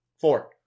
four